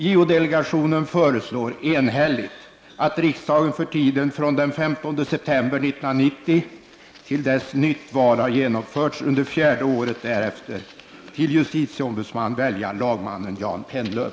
JO-delegationen föreslår enhälligt att riksdagen för tiden från den 15 september 1990 till dess nytt val har genomförts under fjärde året därefter till justitieombudsman väljer lagmannen Jan Pennlöv.